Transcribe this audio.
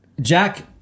Jack